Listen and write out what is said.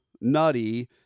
nutty